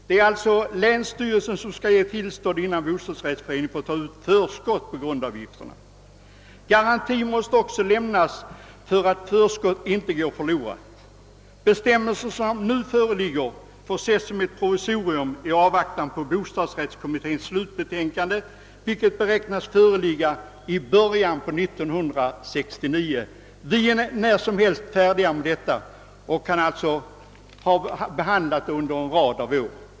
Det är alltså länsstyrelsen som skall ge tillstånd innan bostadsrättsföreningen får ta ut förskott på grundavgiften. Garanti måste också lämnas för att förskott inte går förlorat. De bestämmelser som nu föreligger får ses som ett provisorium i avvaktan på bostadsrättskommitténs slutbetänkande, vilket beräknas föreligga i början på år 1969. Vi har under en rad av år arbetat på detta betänkande.